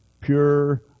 Pure